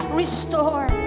restore